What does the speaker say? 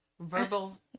Verbal